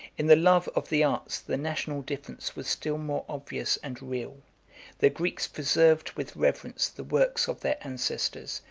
in the love of the arts, the national difference was still more obvious and real the greeks preserved with reverence the works of their ancestors,